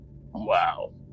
Wow